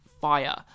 fire